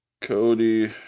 Cody